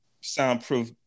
soundproof